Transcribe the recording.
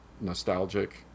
Nostalgic